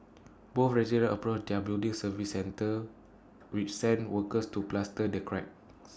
both residents approached their building services centre which sent workers to plaster the cracks